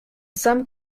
some